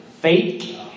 Fake